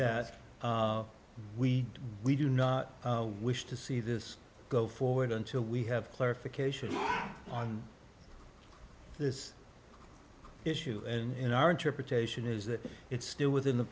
task we we do not wish to see this go forward until we have clarification on this issue and in our interpretation is that it's still within the